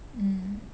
mm